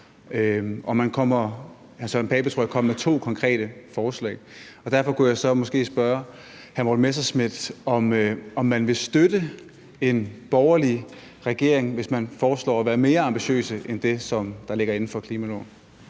jeg, kom med to konkrete forslag. Derfor kunne jeg så måske spørge hr. Morten Messerschmidt, om man vil støtte en borgerlig regering, hvis den foreslår at være mere ambitiøs end det, der ligger inden for klimaloven.